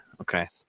Okay